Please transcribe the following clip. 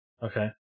Okay